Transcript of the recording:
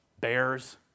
Bears